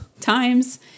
times